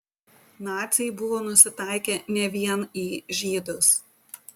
naciai buvo nusitaikę ne vien į žydus